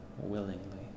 willingly